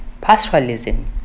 pastoralism